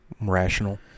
rational